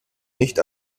nicht